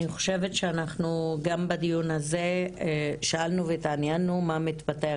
אני חושבת שגם בדיון הזה שאלנו והתעניינו מה מתפתח